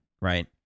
right